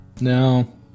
No